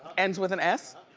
ends with an s.